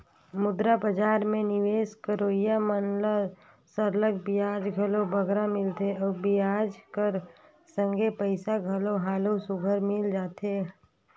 मुद्रा बजार में निवेस करोइया मन ल सरलग बियाज घलो बगरा मिलथे अउ बियाज कर संघे पइसा घलो हालु सुग्घर मिल जाथे